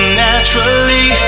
naturally